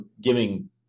giving